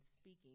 speaking